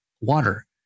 water